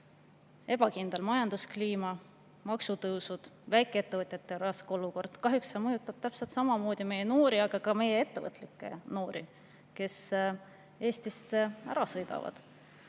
Ebakindel majanduskliima, maksutõusud, väikeettevõtjate raske olukord – kahjuks see mõjutab täpselt samamoodi meie noori, ka ettevõtlikke noori, kes Eestist ära sõidavad.